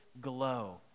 glow